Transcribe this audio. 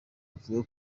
avuga